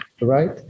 right